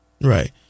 right